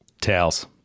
Tails